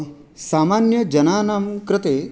सामान्यजनानां कृते